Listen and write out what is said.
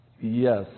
Yes